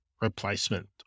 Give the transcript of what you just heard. replacement